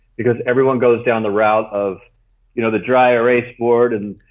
because everyone goes down the route of you know the dry erase board and